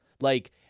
Like-